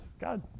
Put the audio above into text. God